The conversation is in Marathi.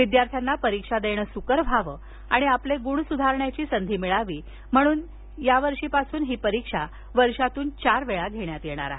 विद्यार्थ्यांना परीक्षा देणं सुकर व्हावं आणि आपले गुण सुधारण्याची संधी मिळावी म्हणून या वर्षीपासून ही परीक्षा वर्षातून चार वेळा घेण्यात येणार आहे